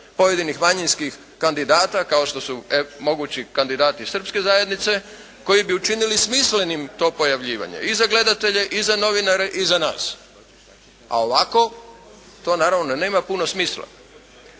pojedinih manjinskih kandidata kao što su mogući kandidati srpske zajednice koji bi učinili smislenim to pojavljivanje. I za gledatelje i za novinare i za nas. A ovako to naravno nema puno smisla.